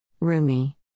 Rumi